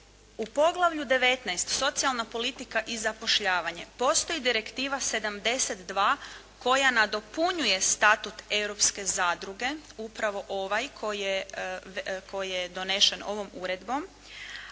U poglavlju 19 – Socijalna politika i zapošljavanje postoji Direktiva 72 koja nadopunjuje Statut europske zadruge upravo ovaj koji je donesen ovom uredbom